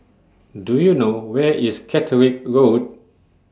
Do YOU know Where IS Catterick Road